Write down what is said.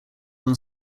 them